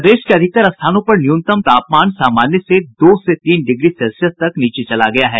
प्रदेश के अधिकतर स्थानों पर न्यूनतम तापमान सामान्य से दो से तीन डिग्री सेल्सियस तक नीचे चला गया है